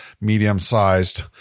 medium-sized